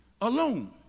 alone